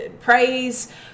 praise